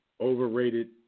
overrated